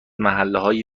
محلههای